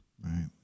Right